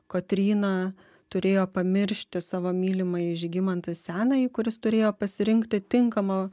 kotryna turėjo pamiršti savo mylimąjį žygimantą senąjį kuris turėjo pasirinkti tinkamą